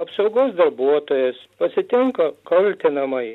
apsaugos darbuotojas pasitinka kaltinamąjį